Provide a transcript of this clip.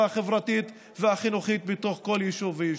החברתית והחינוכית בתוך כל יישוב ויישוב.